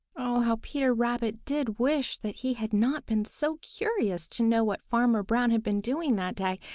oh, how peter rabbit did wish that he had not been so curious to know what farmer brown had been doing that day,